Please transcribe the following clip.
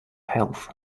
health